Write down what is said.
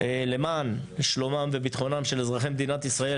למען שלומם וביטחונם של אזרחי מדינת ישראל,